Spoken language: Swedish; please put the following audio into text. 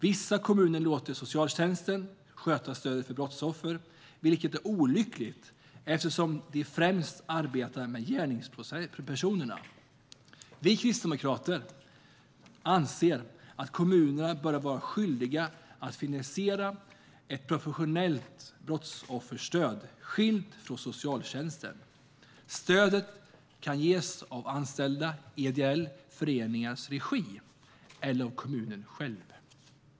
Vissa kommuner låter socialtjänsten sköta stödet till brottsoffer, vilket är olyckligt, eftersom de främst arbetar med gärningspersonerna. Vi kristdemokrater anser att kommunerna bör vara skyldiga att finansiera ett professionellt brottsofferstöd, skilt från socialtjänsten. Stödet kan ges av anställda i ideella föreningars regi eller av kommunen själv.